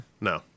No